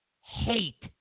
Hate